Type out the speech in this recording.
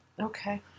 Okay